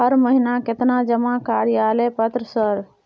हर महीना केतना जमा कार्यालय पत्र सर?